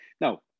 Now